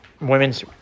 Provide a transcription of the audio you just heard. Women's